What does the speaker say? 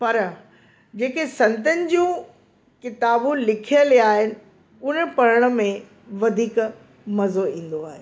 पर जेके संतनि जूं किताबूं लिखियल आहिनि उन पढ़ण में वधीक मज़ो इंदो आहे